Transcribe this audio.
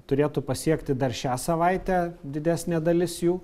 turėtų pasiekti dar šią savaitę didesnė dalis jų